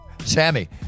Sammy